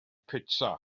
pitsa